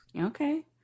Okay